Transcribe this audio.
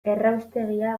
erraustegia